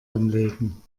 anlegen